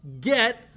Get